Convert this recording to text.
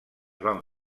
van